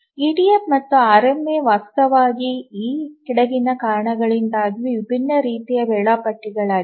EDF ಮತ್ತು RMA ವಾಸ್ತವವಾಗಿ ಈ ಕೆಳಗಿನ ಕಾರಣಗಳಿಂದಾಗಿ ವಿಭಿನ್ನ ರೀತಿಯ ವೇಳಾಪಟ್ಟಿಗಳಾಗಿವೆ